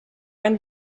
ein